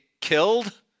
killed